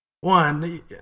one